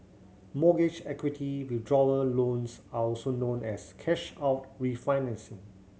mortgage equity withdrawal loans are also known as cash out refinancing